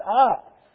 up